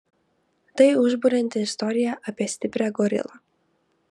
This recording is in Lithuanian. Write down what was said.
tai užburianti istorija apie stiprią gorilą